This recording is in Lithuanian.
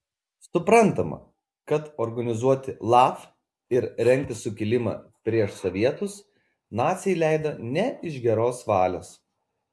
suprantama kad organizuoti laf ir rengti sukilimą prieš sovietus naciai leido ne iš geros valios